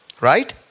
Right